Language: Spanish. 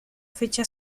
fecha